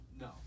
No